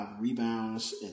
rebounds